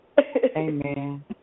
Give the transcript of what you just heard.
Amen